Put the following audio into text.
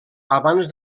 abans